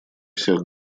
всех